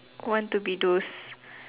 want to be those